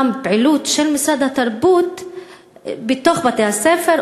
פעילות של משרד התרבות בתוך בתי-הספר,